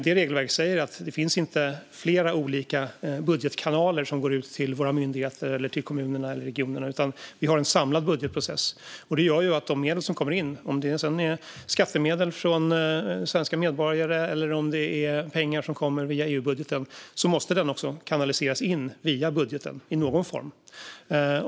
Det regelverket säger att det inte finns flera olika budgetkanaler som går ut till våra myndigheter eller till kommunerna och regionerna, utan vi har en samlad budgetprocess. Det gör att de medel som kommer in - oavsett om det är skattemedel från svenska medborgare eller pengar som kommer via EU-budgeten - måste kanaliseras in via budgeten i någon form.